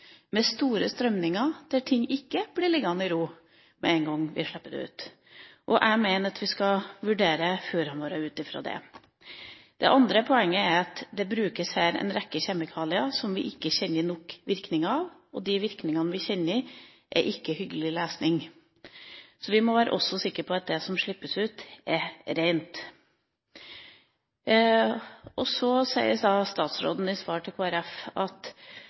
med store strømninger, der ting ikke blir liggende i ro med en gang vi slipper dem ut. Jeg mener at vi skal vurdere fjordene våre ut fra det. Det andre poenget er at det her brukes en rekke kjemikalier som vi ikke kjenner nok til virkningen av. De virkningene vi kjenner til, er ikke hyggelig lesing. Så vi må også være sikre på at det som slippes ut, er rent. Så sier statsråden i svar til Kristelig Folkeparti at